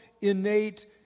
innate